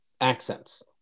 accents